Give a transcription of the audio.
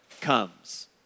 comes